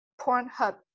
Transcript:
Pornhub